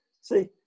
see